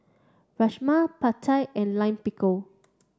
Rajma Pad Thai and Lime Pickle